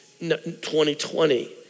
2020